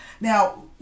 Now